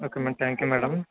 okay madam thank you madam